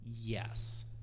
yes